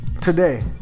today